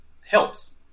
helps